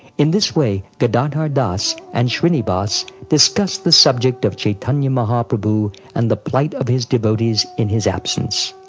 in this way, gadadhar das and shrinivas discussed the subject of chaitanya mahaprabhu and the plight of his devotees in his absence.